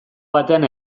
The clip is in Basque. batean